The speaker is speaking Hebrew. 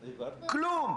כלום.